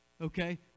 Okay